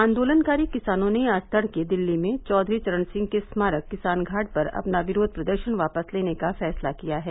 आंदोलनकारी किसानों ने आज तड़के दिल्ली में चौधरी चरणसिंह के स्मारक किसान घाट पर अपना विरोध प्रदर्शन वापस लेने का फैसला किया है